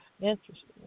Interesting